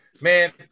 Man